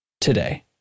today